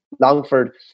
Longford